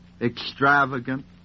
extravagant